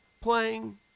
playing